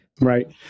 Right